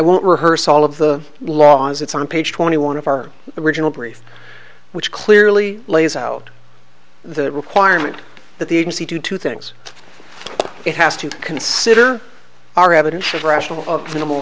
won't reverse all of the laws it's on page twenty one of our original brief which clearly lays out the requirement that the agency do two things it has to consider are evidence of rational minimal